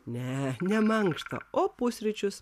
ne ne mankštą o pusryčius